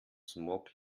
smog